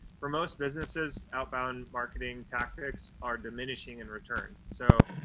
for most businesses, outbound marketing tactics are diminishing in return. so,